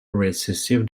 recessive